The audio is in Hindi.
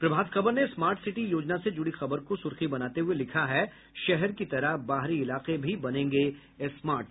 प्रभात खबर ने स्मार्ट सिटी योजना से जुड़ी खबर को सुर्खी बनाते हुए लिखा है शहर की तरह बाहरी इलाके भी बनेंगे स्मार्ट